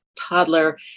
toddler